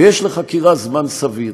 ויש לחקירה זמן סביר.